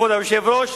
כבוד היושב-ראש,